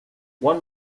one